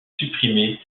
supprimés